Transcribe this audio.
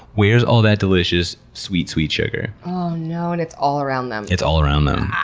where's all that delicious, sweet, sweet sugar oh no, and it's all around them. it's all around them.